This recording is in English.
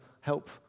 help